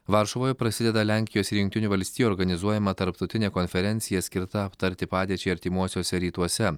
varšuvoje prasideda lenkijos ir jungtinių valstijų organizuojama tarptautinė konferencija skirta aptarti padėčiai artimuosiuose rytuose